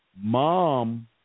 Mom